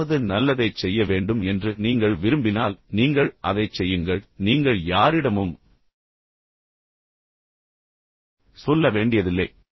யாராவது நல்லதைச் செய்ய வேண்டும் என்று நீங்கள் உண்மையிலேயே விரும்பினால் நீங்கள் அதைச் செய்யுங்கள் பின்னர் நீங்கள் யாரிடமும் சொல்ல வேண்டியதில்லை